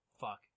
Fuck